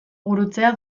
gurutzea